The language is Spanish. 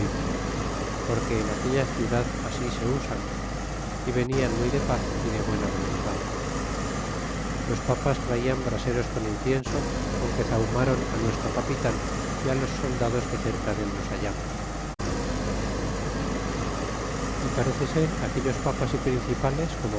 porque en aquella ciudad así se usan é venian muy de paz y de buena voluntad y los papas traian braseros con incienso con que zahum ron nuestro capitan é los soldados que cerca del nos hallarnos e parece ser aquellos papas y principales